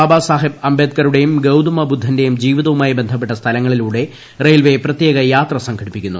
ബാബാസാഹേബ് അംബേദ്കറുടെയും ഗൌതമബുദ്ധന്റെയും ജീവിതവുമായി ബന്ധപ്പെട്ട സ്ഥലങ്ങളിലൂടെ റെയിൽവേ പ്രത്യേക യാത്ര സംഘടിപ്പിക്കുന്നു